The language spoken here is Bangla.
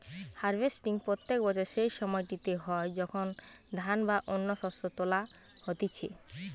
হার্ভেস্টিং প্রত্যেক বছর সেই সময়টিতে হয় যখন ধান বা অন্য শস্য তোলা হতিছে